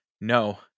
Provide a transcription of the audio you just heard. No